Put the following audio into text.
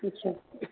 अच्छा